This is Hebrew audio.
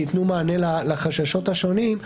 שייתן מענה לחששות השונים,